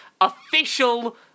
official